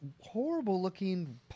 horrible-looking